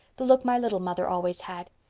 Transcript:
the look my little mother always had.